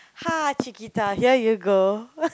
!huh! Cheeketah here you go